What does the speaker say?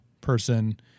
person